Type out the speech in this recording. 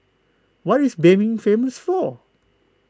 what is Benin famous for